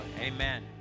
Amen